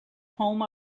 home